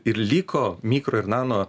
ir liko mikro ir nano